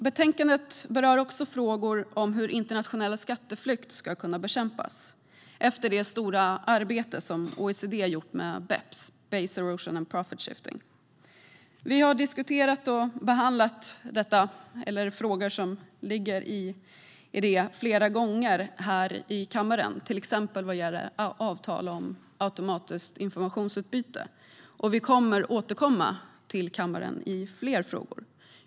Betänkandet berör också frågor om hur internationell skatteflykt ska kunna bekämpas, efter det stora arbete som OECD gjort med BEPS - base erosion and profit shifting. Vi har diskuterat och behandlat frågor som ligger i detta flera gånger här i kammaren, till exempel vad gäller avtal om automatiskt informationsutbyte, och vi kommer att återkomma till kammaren i fler frågor.